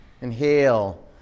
Inhale